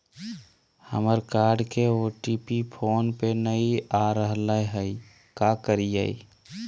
हमर कार्ड के OTP phone पे नई आ रहलई हई, का करयई?